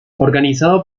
organizado